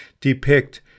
depict